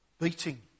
beating